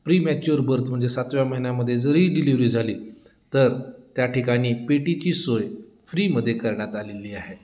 premature birth म्हणजे सातव्या महिन्यामध्ये जरी डिलिव्हरी झाली तर त्या ठिकाणी पेटीची सोय फ्रीमध्ये करण्यात आलेली आहे